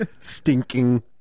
Stinking